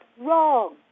wrong